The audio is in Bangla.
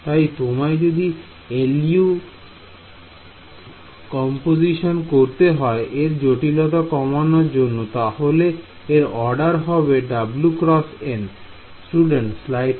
তাই তোমায় যদি LU কম্পোজিশন করতে হয় এর জটিলতা কমানোর জন্য তাহলে এর অর্ডার হবে w x n